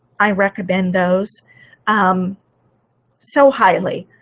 i recommend those um so highly.